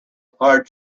are